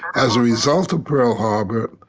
as a result of pearl harbor,